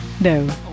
No